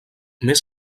més